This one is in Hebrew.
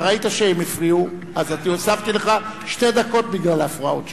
אתה ראית שכשהם הפריעו אני הוספתי לך שתי דקות בגלל ההפרעות שלהם.